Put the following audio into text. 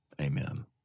Amen